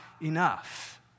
enough